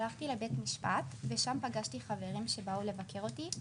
הלכתי לבית משפט ושם פגשתי חברים שבאו לבקר אותי,